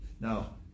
now